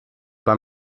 bei